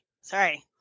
Sorry